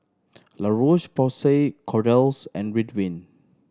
La Roche Porsay Kordel's and Ridwind